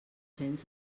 cents